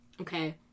Okay